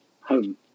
home